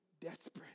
desperate